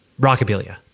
rockabilia